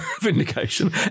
Vindication